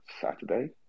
Saturday